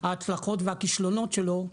ההצלחות והכישלונות שלו,